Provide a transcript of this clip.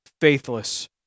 faithless